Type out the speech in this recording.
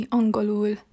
angolul